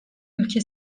ülke